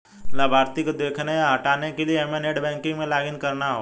लाभार्थी को देखने या हटाने के लिए हमे नेट बैंकिंग में लॉगिन करना होगा